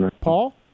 Paul